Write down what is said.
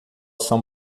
são